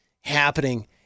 happening